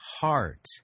heart